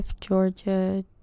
Georgia